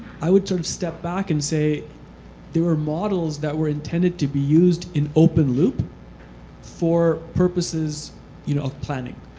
i would sort of step back and say they were models that were intended to be used in open loop for purposes you know of planning.